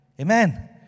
Amen